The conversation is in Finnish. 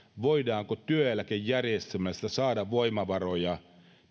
voidaanko työeläkejärjestelmästä saada voimavaroja